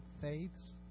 faiths